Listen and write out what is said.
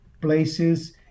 places